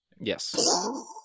Yes